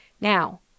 Now